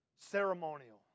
Ceremonial